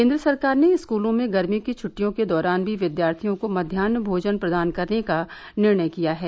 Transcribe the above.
केन्द्र सरकार ने स्कूलों में गर्मी की छुट्टियों के दौरान भी विद्यार्थियों को मध्याह्न भोजन प्रदान करने का निर्णय किया है